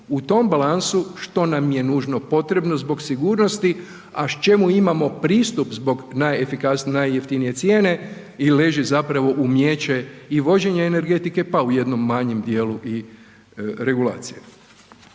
U tom balansu što nam je nužno potrebno zbog sigurnosti, a čemu imamo pristup zbog najefikasnije, najjeftinije cijene i leži zapravo umijeće i vođenje energetike pa u jednom manjem dijelu i regulacije.